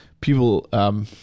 people